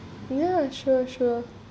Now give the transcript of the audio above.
ya sure sure